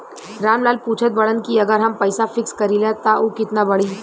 राम लाल पूछत बड़न की अगर हम पैसा फिक्स करीला त ऊ कितना बड़ी?